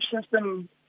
system